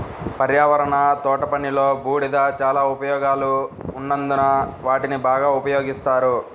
పర్యావరణ తోటపనిలో, బూడిద చాలా ఉపయోగాలు ఉన్నందున వాటిని బాగా ఉపయోగిస్తారు